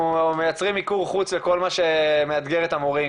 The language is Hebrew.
מייצרים מיקור חוץ לכל מה שמאתגר את המורים.